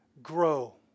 grow